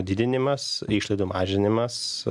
didinimas išlaidų mažinimas